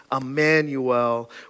Emmanuel